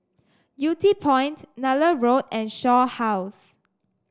Yew Tee Point Nallur Road and Shaw House